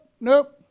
nope